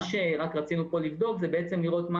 מה שרק רצינו פה לבדוק זה בעצם לראות מה